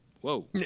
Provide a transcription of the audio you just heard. whoa